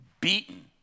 Beaten